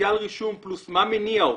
פוטנציאל רישום פלוס מה מניע אותו.